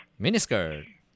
Miniskirt